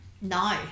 No